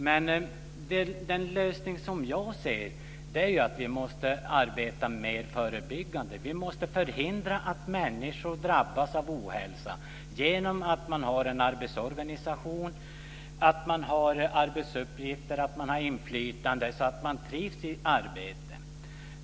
Men den lösning som jag ser är att vi måste arbeta mer förebyggande. Vi måste förhindra att människor drabbas av ohälsa genom att man har en arbetsorganisation, arbetsuppgifter och ett inflytande som gör att man trivs i arbetet.